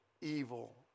evil